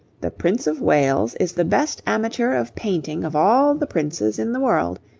the prince of wales is the best amateur of painting of all the princes in the world.